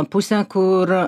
pusę kur